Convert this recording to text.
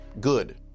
good